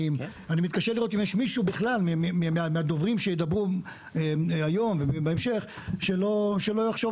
אני מתקשה לראות אם יש מישהו בכלל מהדוברים שידברו היום ובהמשך שלא יחשוב